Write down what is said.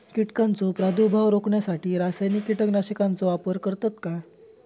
कीटकांचो प्रादुर्भाव रोखण्यासाठी रासायनिक कीटकनाशकाचो वापर करतत काय?